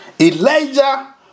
Elijah